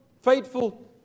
faithful